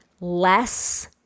less